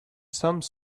some